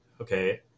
okay